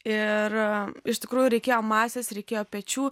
ir iš tikrųjų reikėjo masės reikėjo pečių